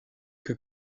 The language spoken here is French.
que